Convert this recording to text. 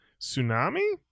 Tsunami